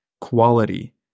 quality